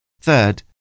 Third